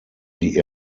die